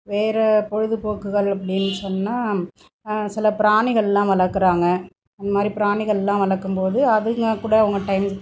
வேறு பொழுதுபோக்குகள் அப்டின்னு சொன்னால் சில பிராணிகளெலாம் வளர்க்குறாங்க அந்தமாதிரி பிராணிகளெலாம் வளர்க்கும்போது அதுங்ககூட அவங்க டைம்